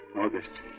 August